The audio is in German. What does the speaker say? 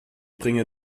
bringe